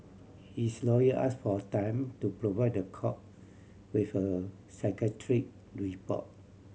his lawyer asked for time to provide the court with a psychiatric report